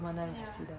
ya